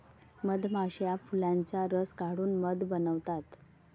मधमाश्या फुलांचा रस काढून मध बनवतात